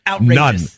None